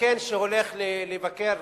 זקן שהולך לבקר,